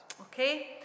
Okay